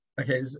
Okay